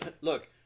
Look